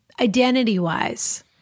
identity-wise